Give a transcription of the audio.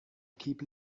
keep